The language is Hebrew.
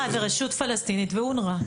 היא אמרה, זאת הרשות הפלסטינית והאונר"א.